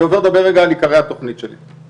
אני עובר לדבר על עיקרי התכנית שלי.